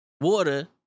water